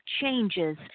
changes